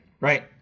Right